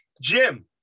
Jim